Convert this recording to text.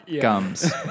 gums